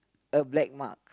a black mark